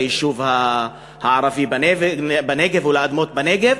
ליישוב הערבי בנגב ולאדמות בנגב,